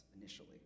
initially